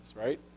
right